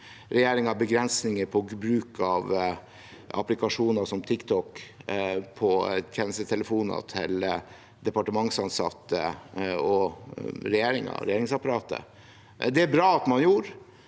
regjeringen begrensninger på bruk av applikasjoner som TikTok på tjenestetelefonene til departementsansatte og ansatte i regjeringsapparatet. Det er bra at man gjorde